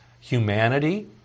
humanity